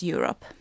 Europe